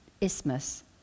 isthmus